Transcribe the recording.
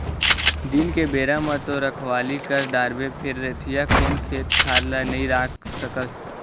दिन के बेरा म तो रखवाली कर डारबे फेर रतिहा कुन खेत खार ल नइ राख सकस